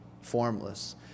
formless